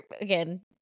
again